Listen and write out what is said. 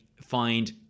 find